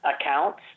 accounts